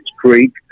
Creek